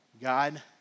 God